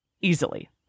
easily